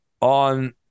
on